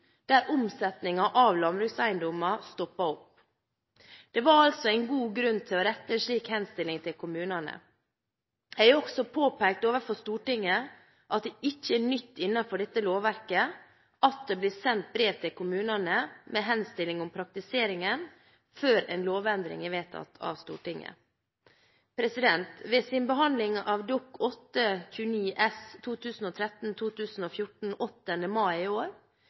der omsetningen av landbrukseiendommer stoppet opp. Det var altså en god grunn til å rette en slik henstilling til kommunene. Jeg har også påpekt overfor Stortinget at det ikke er nytt innenfor dette lovverket at det blir sendt brev til kommunene med henstilling om praktiseringen før en lovendring er vedtatt av Stortinget. Ved sin behandling av Dokument 8:29 S for 2013–2014 den 8. mai i år